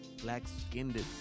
Black-skinned